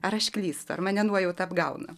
ar aš klystu ar mane nuojauta apgauna